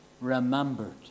remembered